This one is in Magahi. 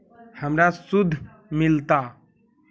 हमरा शुद्ध मिलता?